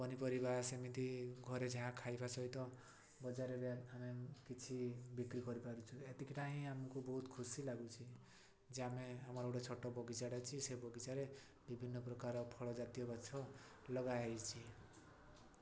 ପନିପରିବା ସେମିତି ଘରେ ଯାହା ଖାଇବା ସହିତ ବଜାରରେ ଆମେ କିଛି ବିକ୍ରି କରିପାରୁଛୁ ଏତିକିଟା ହିଁ ଆମକୁ ବହୁତ ଖୁସି ଲାଗୁଛି ଯେ ଆମେ ଆମର ଗୋଟେ ଛୋଟ ବଗିଚାଟା ଅଛି ସେ ବଗିଚାରେ ବିଭିନ୍ନ ପ୍ରକାର ଫଳ ଜାତୀୟ ଗଛ ଲଗା ହେଇଛି